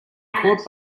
caught